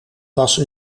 was